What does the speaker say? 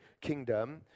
kingdom